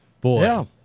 Boy